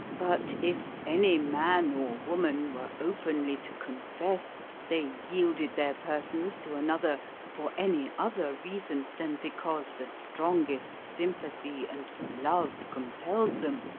but if any man or woman were openly to confess they yielded their persons to another for any other reason than because the strongest sympathy and love compelled them,